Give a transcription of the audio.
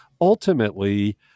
Ultimately